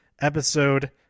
episode